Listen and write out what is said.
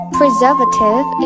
preservative